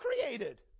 created